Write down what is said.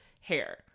hair